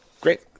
Great